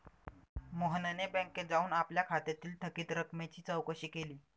मोहनने बँकेत जाऊन आपल्या खात्यातील थकीत रकमेची चौकशी केली